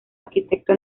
arquitecto